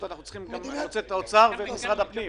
אנחנו צריכים עוד לשמוע את נציגי משרד האוצר ואת משרד הפנים,